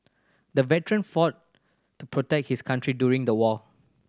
the veteran fought to protect his country during the war